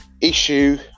issue